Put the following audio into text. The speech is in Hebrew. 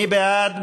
מי בעד?